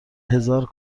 هزار